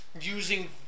using